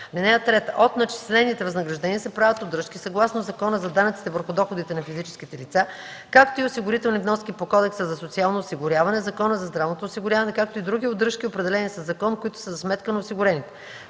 (3) От начислените възнаграждения се правят удръжки съгласно Закона за данъците върху доходите на физическите лица, както и осигурителни вноски по Кодекса за социално осигуряване, Закона за здравното осигуряване, както и други удръжки, определени със закон, които са за сметка на осигурените.